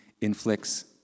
inflicts